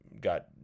got